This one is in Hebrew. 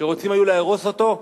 שרוצים היו להרוס אותו,